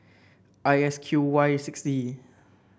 I S Q Y six Z